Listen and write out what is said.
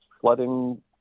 flooding